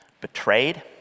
betrayed